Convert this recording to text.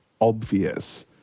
obvious